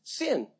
sin